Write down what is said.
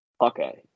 okay